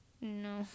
no